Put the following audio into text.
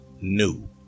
new